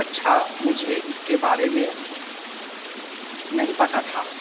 अच्छा मुझे इसके बारे में नहीं पता था